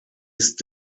ist